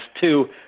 two